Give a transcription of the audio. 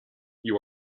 you